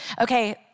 Okay